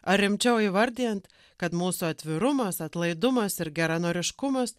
ar rimčiau įvardijant kad mūsų atvirumas atlaidumas ir geranoriškumas